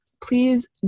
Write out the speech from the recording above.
Please